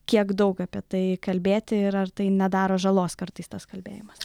kiek daug apie tai kalbėti ir ar tai nedaro žalos kartais tas kalbėjimas